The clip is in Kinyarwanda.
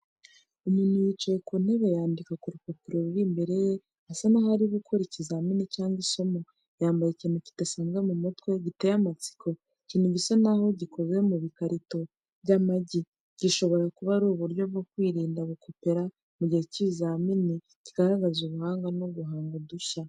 Umuntu yicaye ku ntebe yandika ku rupapuro ruri imbere ye, asa naho ari gukora ikizamini cyangwa isomo, yambaye ikintu kidasanzwe ku mutwe, giteye amatsiko. Ikintu gisa naho gikoze mu bikarito by'amagi, gishobora kuba ari uburyo bwo kwirinda gukopera mu gihe cy'ikizamini, kigaragaza ubuhanga no guhanga udushya.